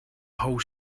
whole